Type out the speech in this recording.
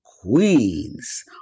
Queens